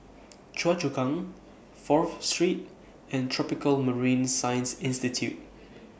Choa Chu Kang Fourth Street and Tropical Marine Science Institute